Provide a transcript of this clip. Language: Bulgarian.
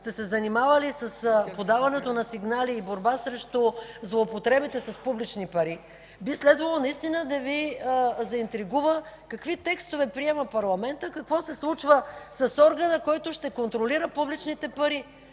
сте се занимавали с подаването на сигнали и борба срещу злоупотребите с публични пари, би следвало наистина да Ви заинтригува какви текстове приема парламентът, какво се случва с органа, който ще контролира публичните пари.